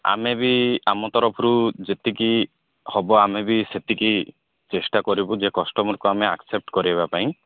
ଆମେ ବି ଆମ ତରଫରୁ ଯେତିକି ହେବ ଆମେ ବି ସେତିକି ଚେଷ୍ଟା କରିବୁ ଯେ କଷ୍ଟମର୍କୁ ଆମେ ଆକ୍ସେପ୍ଟ୍ କରେଇବା ପାଇଁ